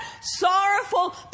sorrowful